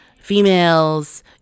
females